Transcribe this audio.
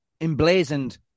emblazoned